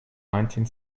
nineteen